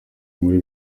muri